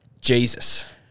Jesus